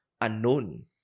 unknown